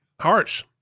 harsh